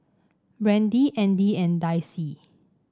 Brandie Andy and Dicie